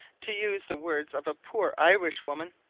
to use the words of a poor irish woman,